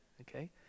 Okay